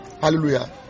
Hallelujah